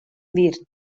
wird